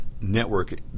network